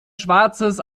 schwarzes